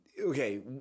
okay